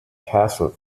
castle